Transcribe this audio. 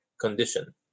condition